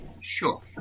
Sure